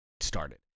started